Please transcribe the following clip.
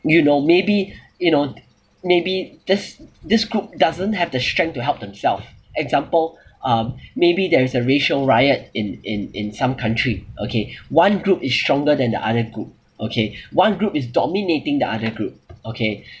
you know maybe you know maybe this this group doesn't have the strength to help themself example um maybe there is a racial riot in in in some country okay one group is stronger than the other group okay one group is dominating the other group okay